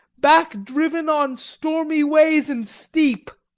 back driven on stormy ways and steep.